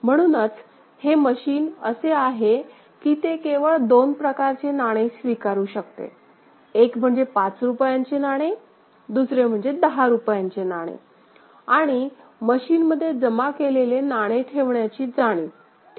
म्हणूनचहे machine असे आहे की ते केवळ 2 प्रकारचे नाणे स्वीकारू शकते एक म्हणजे 5 रुपयांचे नाणे दुसरे म्हणजे 10 रुपयांचे नाणे आणि मशीनमध्ये जमा केलेले नाणे ठेवण्याची जाणीव ठीक